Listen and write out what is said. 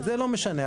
זה לא משנה,